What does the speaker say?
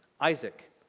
Isaac